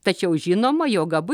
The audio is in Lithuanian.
tačiau žinoma jog abu